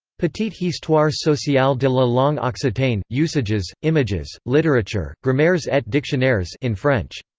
petite histoire sociale de la langue occitane usages, images, litterature, grammaires et dictionnaires in french.